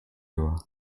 era